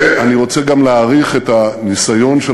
ואני רוצה גם להעריך את הניסיון של